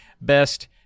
Best